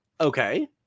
Okay